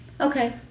Okay